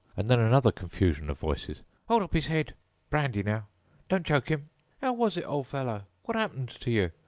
and then another confusion of voices hold up his head brandy now don't choke him how was it, old fellow? what happened to you?